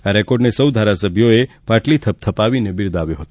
આ રેકોર્ડને સૌ ધારાસભ્યોએ પાટલી થપથપાવીને બિરદાવ્યો હતો